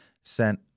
sent